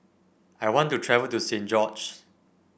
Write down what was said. I want to travel to Saint George's